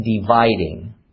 dividing